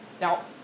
Now